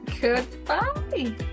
goodbye